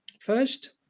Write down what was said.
First